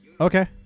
okay